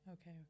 Okay